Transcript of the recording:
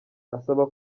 asaba